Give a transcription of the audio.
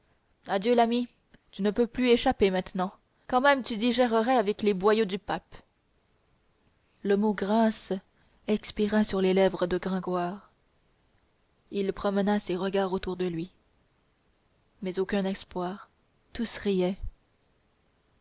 adieu l'ami tu ne peux plus échapper maintenant quand même tu digérerais avec les boyaux du pape le mot grâce expira sur les lèvres de gringoire il promena ses regards autour de lui mais aucun espoir tous riaient